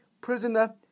prisoner